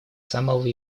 самого